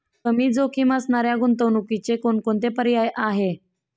कमी जोखीम असणाऱ्या गुंतवणुकीचे कोणकोणते पर्याय आहे?